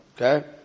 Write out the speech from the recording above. Okay